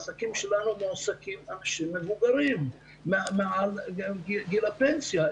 בעסקים שלנו מועסקים אנשים מבוגרים מעל גיל פנסיה.